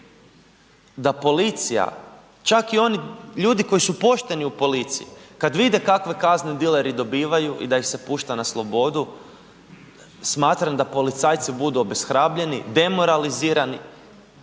da policija čak i oni ljudi koji su pošteni u policiji kad vide kakve kazne dileri dobivaju i da ih se pušta na slobodu, smatram da policajci budu obeshrabljeni, demoralizira,